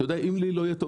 אם לי לא יהיה טוב,